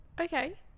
Okay